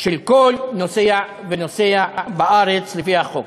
של כל נוסע ונוסע בארץ לפי החוק.